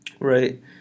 Right